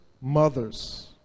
mothers